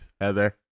Heather